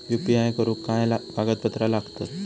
UPI करुक काय कागदपत्रा लागतत?